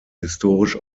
historisch